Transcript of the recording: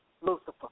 Lucifer